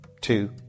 two